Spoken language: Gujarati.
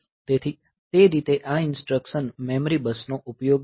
તેથી તે રીતે આ ઈન્સ્ટ્રકશન મેમરી બસનો ઉપયોગ કરશે